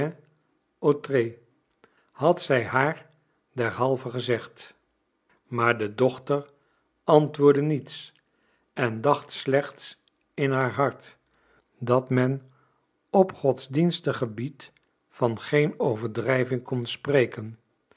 had zij haar derhalve gezegd maar de dochter antwoordde niets en dacht slechts in haar hart dat men op godsdienstig gebied van geen overdrijving kon spreken